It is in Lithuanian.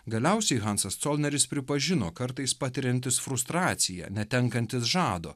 galiausiai hansas colneris pripažino kartais patiriantis frustraciją netenkantis žado